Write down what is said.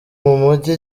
mumujyi